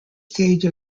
stage